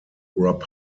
rob